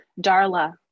Darla